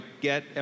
get